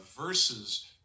versus